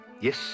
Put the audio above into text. yes